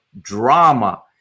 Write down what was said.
drama